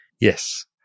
Yes